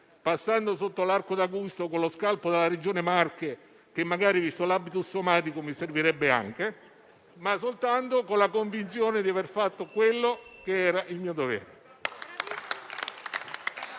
passando sotto l'arco d'Augusto con lo scalpo della Regione Marche, che magari visto l'*habitus* somatico, mi servirebbe anche, ma soltanto con la convinzione di aver fatto il mio dovere.